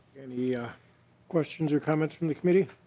yeah questions or comments from the committee?